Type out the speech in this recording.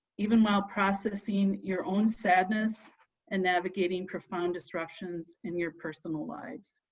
even while processing your own sadness and navigating profound disruptions in your personal lives.